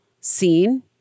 seen